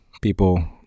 people